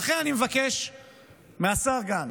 לכן אני מבקש מהשר גנץ,